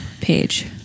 page